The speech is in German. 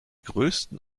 größten